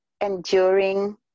enduring